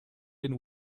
den